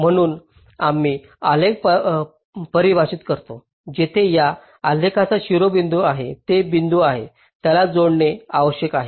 म्हणून आम्ही आलेख परिभाषित करतो जिथे या आलेखाचे शिरोबिंदू आहेत ते बिंदू आहेत ज्यास जोडणे आवश्यक आहे